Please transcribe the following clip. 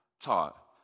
taught